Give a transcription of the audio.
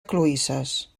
cloïsses